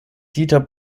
dieter